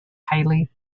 highly